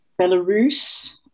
Belarus